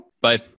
Bye